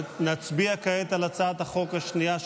נצביע כעת על הצעת החוק השנייה,